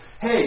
hey